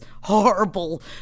horrible